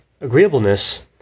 agreeableness